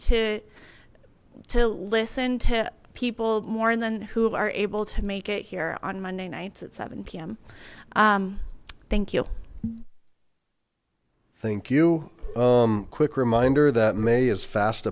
to to listen to people more than who are able to make it here on monday nights at seven p m thank you thank you um quick reminder that may is fast